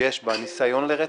שיש בה ניסיון לרצח,